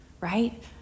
right